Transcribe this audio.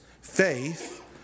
faith